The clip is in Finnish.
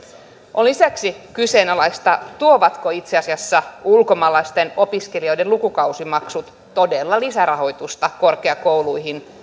on lisäksi kyseenalaista tuovatko itse asiassa ulkomaalaisten opiskelijoiden lukukausimaksut todella lisärahoitusta korkeakouluihin